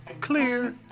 clear